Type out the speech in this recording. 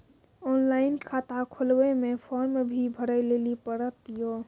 Online खाता खोलवे मे फोर्म भी भरे लेली पड़त यो?